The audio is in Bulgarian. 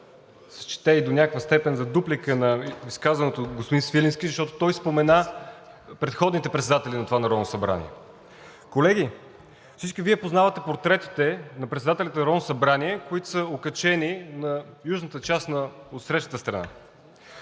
счете и до някаква степен за дуплика на казаното от господин Свиленски, защото той спомена предходните председатели на това Народно събрание. Колеги, всички Вие познавате портретите на председателите на Народното събрание, които са окачени на южната част, на отсрещната страна.